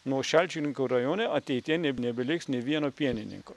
nu šalčininkų rajone ateityje ne nebeliks nei vieno pienininko